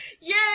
Yay